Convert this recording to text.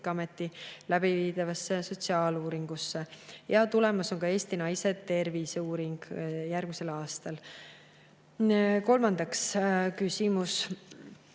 läbiviidavasse sotsiaaluuringusse. Ja tulemas on ka Eesti naiste tervise uuring järgmisel aastal. Kolmas küsimus: